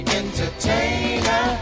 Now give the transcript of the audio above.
entertainer